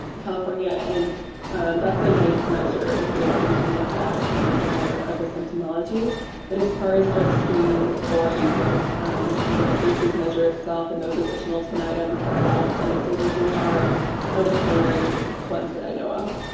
california and that's a nice measure if you're wanting to look at some of the more of the symptomology but as far as just screening for aces you know the aces measure itself and those additional ten items a lot of clinics are using now are the primary ones that i know of.